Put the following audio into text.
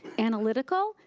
analytical,